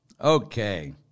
Okay